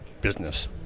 business